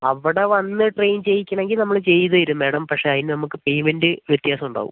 അവിടെ വന്ന് ട്രെയിൻ ചെയ്യിക്കണമെങ്കിൽ നമ്മൾ ചെയ്ത് തരും മാഡം പക്ഷേ അതിന് നമുക്ക് പെയ്മെന്റ് വ്യത്യാസം ഉണ്ടാവും